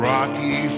Rocky